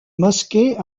mosquées